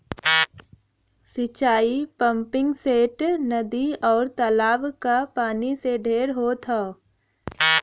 सिंचाई पम्पिंगसेट, नदी, आउर तालाब क पानी से ढेर होत हौ